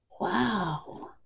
Wow